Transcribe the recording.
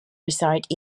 reside